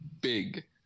big